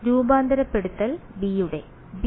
വിദ്യാർത്ഥി രൂപാന്തരപ്പെടുത്തൽ b